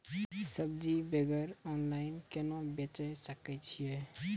सब्जी वगैरह ऑनलाइन केना बेचे सकय छियै?